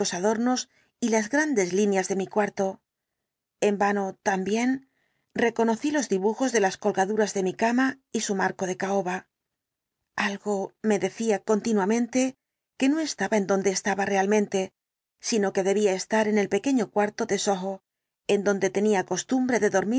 adornos y las grandes líneas de mi cuarto en vano también reconocí los dibujos de las colgaduras de mi cama y su marco de caoba algo me decía continuamente que no estaba en donde estaba realmente sino que debía estar en el pequeño cuarto de soho en donde tenía costumbre de dormir